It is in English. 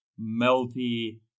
melty